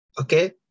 Okay